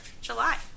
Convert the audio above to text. July